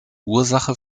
ursache